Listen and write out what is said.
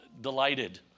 delighted